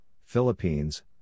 Philippines